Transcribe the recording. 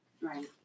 Right